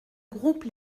groupe